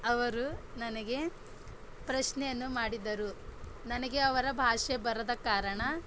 ಅವರು ನನಗೆ ಪ್ರಶ್ನೆಯನ್ನು ಮಾಡಿದರು ನನಗೆ ಅವರ ಭಾಷೆ ಬರದ ಕಾರಣ